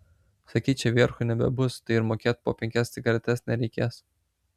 sakei čia vierchų nebebus tai ir mokėt po penkias cigaretes nereikės